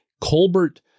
Colbert